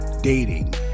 dating